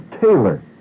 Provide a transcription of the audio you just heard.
Taylor